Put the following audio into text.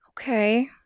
Okay